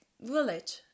village